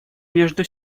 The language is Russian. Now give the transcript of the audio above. между